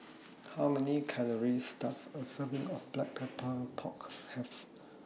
How Many Calories Does A Serving of Black Pepper Pork Have